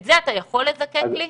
את זה אתה יכול לזקק לי?